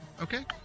Okay